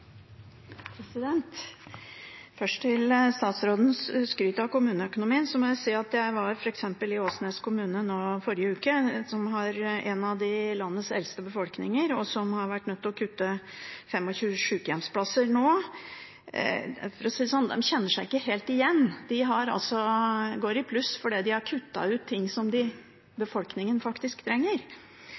Først til statsrådens skryt av kommuneøkonomien: Jeg var i forrige uke i Åsnes kommune, som har en av landets eldste befolkninger, og som nå har vært nødt til å kutte 25 sykehjemsplasser. For å si det slik: De kjenner seg ikke helt igjen. De går i pluss fordi de har kuttet ut ting som befolkningen faktisk trenger.